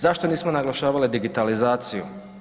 Zašto nismo naglašavali digitalizaciju?